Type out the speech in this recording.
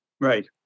Right